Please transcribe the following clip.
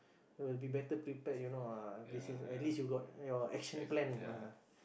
will be better prepared you know ah this is at least you got your action plan ah